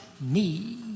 knee